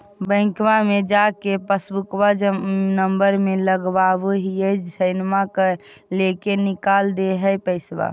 बैंकवा मे जा के पासबुकवा नम्बर मे लगवहिऐ सैनवा लेके निकाल दे है पैसवा?